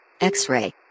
X-Ray